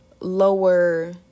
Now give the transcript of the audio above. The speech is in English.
lower